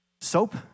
Soap